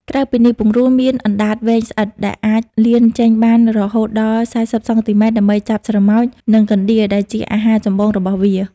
ក្រៅពីនេះ ពង្រូលមាន អណ្ដាតវែងស្អិត ដែលអាចលានចេញបានរហូតដល់ ៤០ សង់ទីម៉ែត្រ ដើម្បីចាប់ស្រមោច និងកណ្ដៀរ ដែលជាអាហារចម្បងរបស់វា។